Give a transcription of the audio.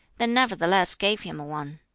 they nevertheless gave him one.